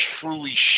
truly